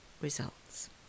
results